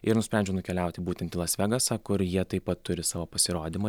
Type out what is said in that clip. ir nusprendžiau nukeliauti būtent į las vegasą kur jie taip pat turi savo pasirodymą